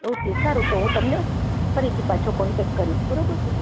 okay તો સારું હું તમને ફરીથી પાછો કોન્ટેક કરીશ બરોબર